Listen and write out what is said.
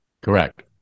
Correct